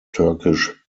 turkish